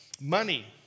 money